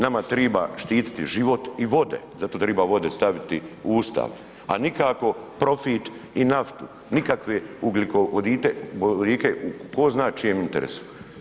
Nama treba štiti život i vode, zato treba vode staviti u Ustav a nikako profit i naftu, nikakve ugljikovodike u tko zna čijem interesu.